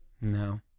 no